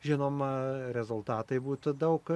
žinoma rezultatai būtų daug